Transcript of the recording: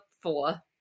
four